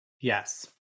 Yes